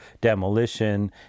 demolition